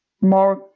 more